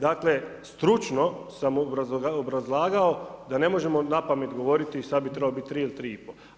Dakle, stručno sam obrazlagao da ne možemo na pamet govoriti sada bi trebalo biti 3 ili 3 i pol.